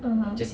(uh huh)